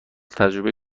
تجربه